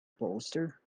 bolster